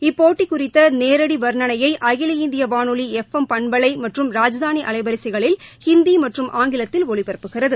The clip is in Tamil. இப்போட்டி குறித்த நேரடி வா்ணணையை அகில இந்திய வானொவி எப் எம் பண்பலை மற்றும் ராஜதானி அலைவரிசைகளில் ஹிந்தி மற்றும் ஆங்கிலத்தில் ஒலிபரப்புகிறது